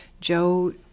Joe